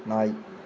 நாய்